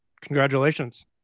Congratulations